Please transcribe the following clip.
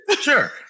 Sure